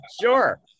Sure